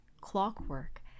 clockwork